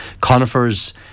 Conifers